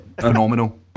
Phenomenal